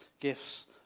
gifts